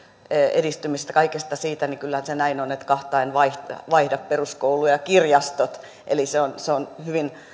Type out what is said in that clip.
edistymisestä kaikesta siitä niin kyllä se näin on että kahta en vaihda peruskoulu ja kirjastot eli se on se on hyvin